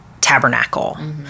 tabernacle